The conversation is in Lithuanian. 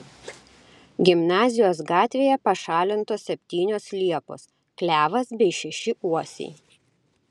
gimnazijos gatvėje pašalintos septynios liepos klevas bei šeši uosiai